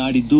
ನಾಡಿದ್ದು